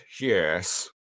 Yes